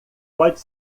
pode